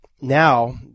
Now